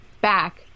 back